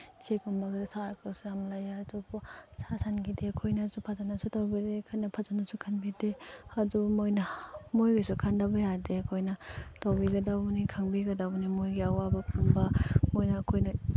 ꯆꯦꯛꯀꯨꯝꯕꯒꯁꯨ ꯁꯥꯔꯒꯁꯨ ꯌꯥꯝ ꯂꯩꯌꯦ ꯑꯗꯨꯕꯨ ꯁꯥ ꯁꯟꯒꯤꯗꯤ ꯑꯩꯈꯣꯏꯅꯁꯨ ꯐꯖꯅꯁꯨ ꯇꯧꯕꯤꯗꯦ ꯑꯩꯈꯣꯏꯅ ꯐꯖꯅ ꯈꯟꯕꯤꯗꯦ ꯑꯗꯨ ꯃꯣꯏꯅ ꯃꯣꯏꯒꯤꯁꯨ ꯈꯟꯗꯕ ꯌꯥꯗꯦ ꯑꯩꯈꯣꯏꯅ ꯇꯧꯕꯤꯒꯗꯧꯕꯅꯤ ꯈꯪꯕꯤꯒꯗꯕꯅꯤ ꯃꯣꯏꯒꯤ ꯑꯋꯥꯕ ꯄꯨꯝꯕ ꯃꯣꯏꯅ ꯑꯩꯈꯣꯏꯅ